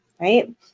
Right